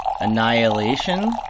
Annihilation